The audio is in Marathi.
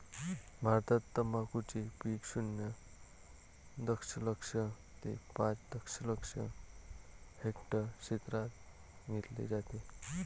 भारतात तंबाखूचे पीक शून्य दशलक्ष ते पाच दशलक्ष हेक्टर क्षेत्रात घेतले जाते